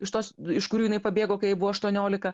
iš tos iš kur jinai pabėgo kai jai buvo aštuoniolika